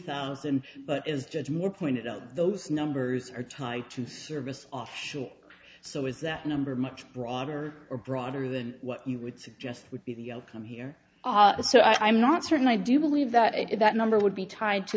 thousand but is just more pointed out those numbers are tied to service offshore so is that number much broader or broader than what you would suggest would be the outcome here so i am not certain i do believe that it is that number would be tied to